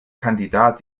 kandidat